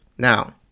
Now